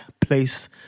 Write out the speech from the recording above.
place